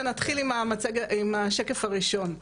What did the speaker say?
ונתחיל עם השקף הראשון: